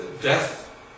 death